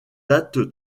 date